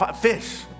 fish